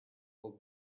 for